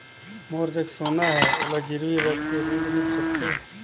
मोर जग सोना है ओला गिरवी रख के ऋण मिल सकथे?